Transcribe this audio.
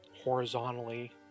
horizontally